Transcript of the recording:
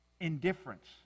indifference